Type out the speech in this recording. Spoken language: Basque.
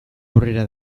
aurrera